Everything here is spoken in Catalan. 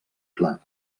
clar